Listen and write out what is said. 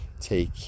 take